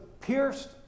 pierced